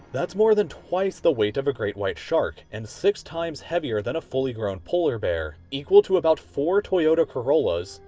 that's more than twice the weight of a great white shark and six times heavier than a fully grown polar bear, equal to about four toyota corollas,